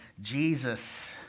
Jesus